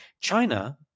China